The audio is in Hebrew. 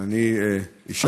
אני אשאל את השאילתה.